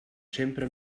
sempre